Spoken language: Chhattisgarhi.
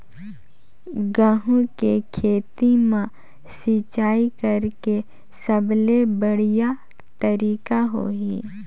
गंहू के खेती मां सिंचाई करेके सबले बढ़िया तरीका होही?